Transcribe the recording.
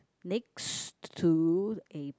next to a